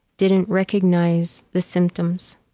didn't recognize the symptoms.